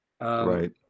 Right